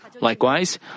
likewise